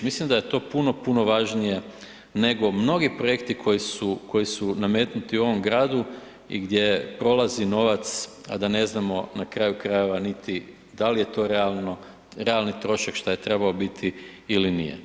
Mislim da je to puno, puno važnije nego mnogi projekti koji su nametnuti u ovom gradu i gdje prolazi novac, a da ne znamo na kraju krajeva niti da li je to realni trošak šta je trebao biti ili nije.